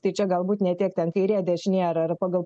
tai čia galbūt ne tiek ten kairė dešinė ar ar pagal